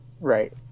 right